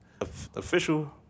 official